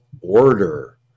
order